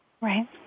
Right